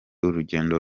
urugendo